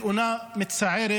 בתאונה מצערת